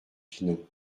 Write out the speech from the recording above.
pinon